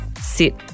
sit